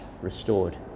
restored